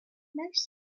most